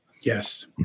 Yes